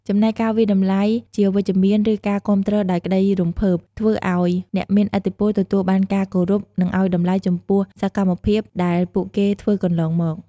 ចំណែកការវាយតម្លៃជាវិជ្ជមានឬការគាំទ្រដោយក្តីរំភើប ធ្វើឱ្យអ្នកមានឥទ្ធិពលទទួលបានការគោរព និងឲ្យតម្លៃចំពោះសម្មភាពដែលពួកគេធ្វើកន្លងមក។